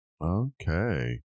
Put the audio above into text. Okay